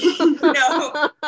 no